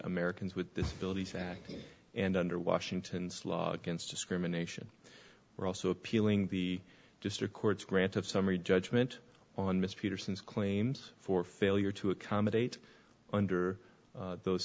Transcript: americans with disabilities act and under washington's law gets discrimination are also appealing the district court's grant of summary judgment on mr peterson's claims for failure to accommodate under those